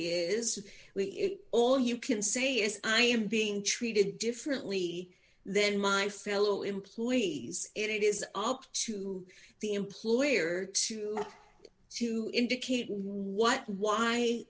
is all you can say is i am being treated differently then my fellow employees it is up to the employer to to indicate in what why